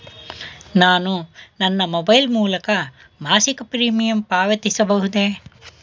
ನಾನು ನನ್ನ ಮೊಬೈಲ್ ಮೂಲಕ ಮಾಸಿಕ ಪ್ರೀಮಿಯಂ ಪಾವತಿಸಬಹುದೇ?